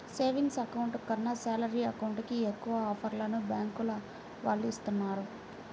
savings account కన్నా salary account కి ఎక్కువ ఆఫర్లను బ్యాంకుల వాళ్ళు ఇస్తున్నారు